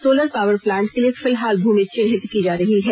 solar power plant के लिए फिलहाल भूमि चिन्हित की जा रही है